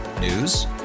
News